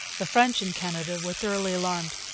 the french in canada were thoroughly alarmed.